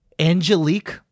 Angelique